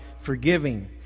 forgiving